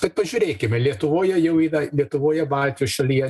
tad pažiūrėkime lietuvoje jau yra lietuvoje baltijos šalyje